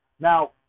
Now